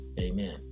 Amen